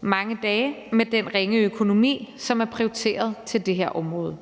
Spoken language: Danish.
mange dage med den ringe økonomi, som er prioriteret til det her område.